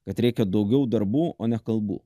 kad reikia daugiau darbų o ne kalbų